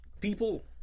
people